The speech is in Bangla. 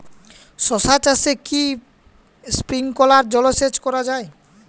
শশা চাষে কি স্প্রিঙ্কলার জলসেচ করা যায়?